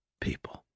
people